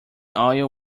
oil